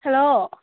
hello